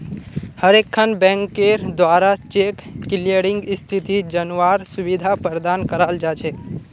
हर एकखन बैंकेर द्वारा चेक क्लियरिंग स्थिति जनवार सुविधा प्रदान कराल जा छेक